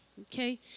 okay